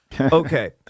okay